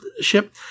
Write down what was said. ship